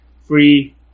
free